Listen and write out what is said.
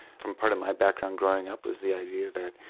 from part of my background growing up was the idea that,